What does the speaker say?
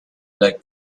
leg